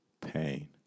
Pain